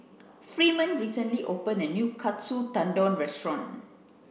freeman recently opened a new Katsu Tendon restaurant